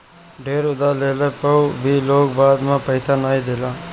ढेर उधार लेहला पअ भी लोग बाद में पईसा नाइ देला